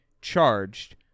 charged